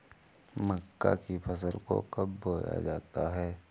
मक्का की फसल को कब बोया जाता है?